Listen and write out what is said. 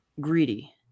greedy